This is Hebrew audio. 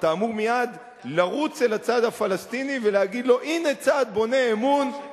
אתה אמור מייד לרוץ אל הצד הפלסטיני ולהגיד לו: הנה צעד בונה אמון,